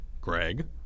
Greg